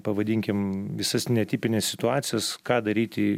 pavadinkim visas netipines situacijas ką daryti